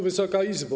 Wysoka Izbo!